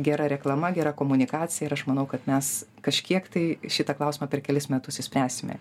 gera reklama gera komunikacija ir aš manau kad mes kažkiek tai šitą klausimą per kelis metus išspręsime